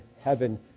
heaven